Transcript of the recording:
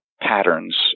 patterns